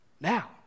Now